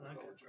Okay